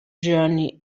journey